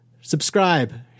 Subscribe